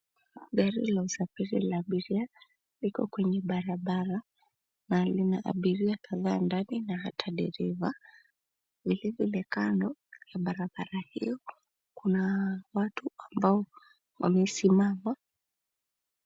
Gari la usafiri la abiria, liko kwenye barabara, mbali na abiria kadhaa ndani na hata dereva. Vile vile kando ya barabara hiyo, kuna watu ambao wamesimama.